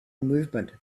movement